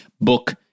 book